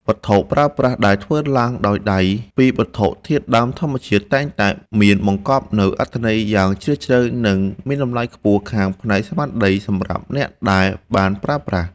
វត្ថុប្រើប្រាស់ដែលធ្វើឡើងដោយដៃពីវត្ថុធាតុដើមធម្មជាតិ តែងតែមានបង្កប់នូវអត្ថន័យយ៉ាងជ្រាលជ្រៅ និង មានតម្លៃខ្ពស់ខាងផ្នែកស្មារតីសម្រាប់អ្នកដែលបានប្រើប្រាស់។